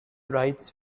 writes